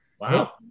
Wow